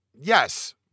Yes